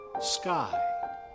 sky